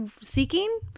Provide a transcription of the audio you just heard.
seeking